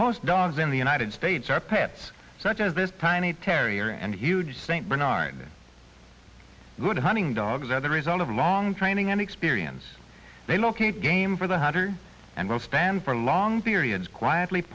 most dogs in the united states are pets such as this tiny terrier and huge st bernard that good hunting dogs are the result of long training and experience they locate game for the hunter and will stand for long periods quietly